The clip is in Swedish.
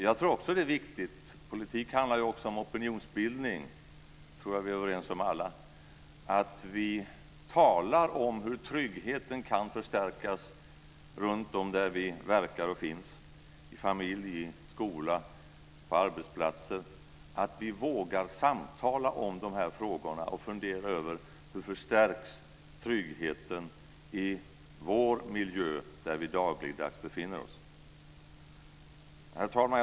Jag tror också att det är viktigt - politik handlar ju också om opinionsbildning, det tror jag att vi alla är överens om - att vi talar om hur tryggheten kan förstärkas runtom där vi verkar och finns - i familj, i skola, på arbetsplatser - och vågar samtala om de här frågorna och fundera över hur tryggheten förstärks i vår miljö där vi dagligdags befinner oss. Herr talman!